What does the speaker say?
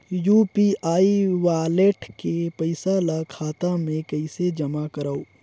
UPI wallet के पईसा ल खाता मे कइसे जमा करव?